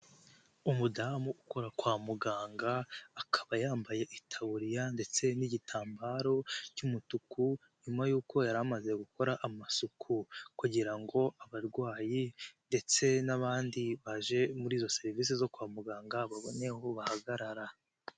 Umudamu ukora kwa muganga akaba yambaye itaburiya ndetse n'igitambaro cy'umutuku nyuma y'uko yari amaze gukora amasuku kugira ngo abarwayi ndetse n'abandi baje muri izo serivisi zo kwa muganga babone aho bahagarara.